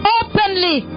openly